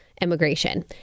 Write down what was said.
immigration